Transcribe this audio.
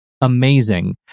amazing